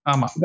Ama